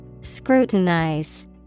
scrutinize